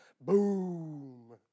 boom